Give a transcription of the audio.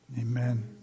Amen